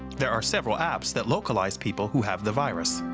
there are several apps that localize people who have the virus.